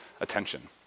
attention